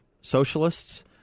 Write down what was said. socialists